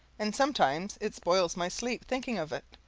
and sometimes it spoils my sleep, thinking of it,